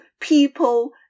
people